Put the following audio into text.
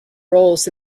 roles